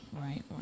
right